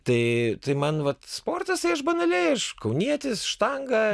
tai tai man vat sportas tai aš banaliai aš kaunietis štangą